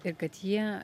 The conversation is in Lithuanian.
ir kad jie